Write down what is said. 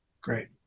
great